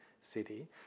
city